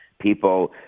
people